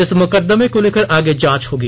इस मुकदमे को लेकर आगे जांच होगी